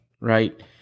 right